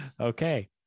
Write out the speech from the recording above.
Okay